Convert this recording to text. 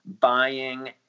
buying